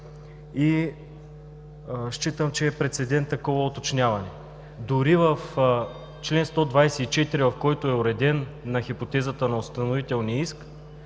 и считам, че е прецедент такова уточняване. Дори в чл. 124, в който е уредена хипотезата на установителния иск,